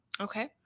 Okay